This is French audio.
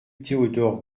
théodore